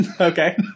Okay